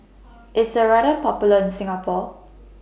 IS Ceradan Popular in Singapore